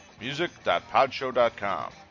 music.podshow.com